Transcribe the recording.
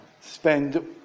spend